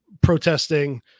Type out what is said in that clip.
protesting